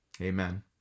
amen